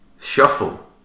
shuffle